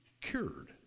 cured